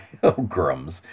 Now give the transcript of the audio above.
pilgrims